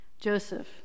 Joseph